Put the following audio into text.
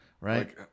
right